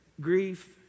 grief